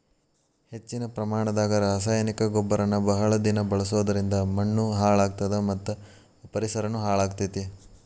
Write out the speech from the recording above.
ಹೆಚ್ಚಿನ ಪ್ರಮಾಣದಾಗ ರಾಸಾಯನಿಕ ಗೊಬ್ಬರನ ಬಹಳ ದಿನ ಬಳಸೋದರಿಂದ ಮಣ್ಣೂ ಹಾಳ್ ಆಗ್ತದ ಮತ್ತ ಪರಿಸರನು ಹಾಳ್ ಆಗ್ತೇತಿ